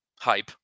Hype